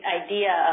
idea